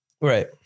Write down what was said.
Right